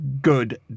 good